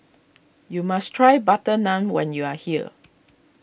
you must try Butter Naan when you are here